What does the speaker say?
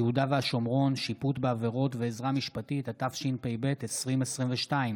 מאת חברי הכנסת גבי לסקי ועלי סלאלחה,